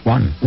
One